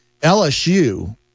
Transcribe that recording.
LSU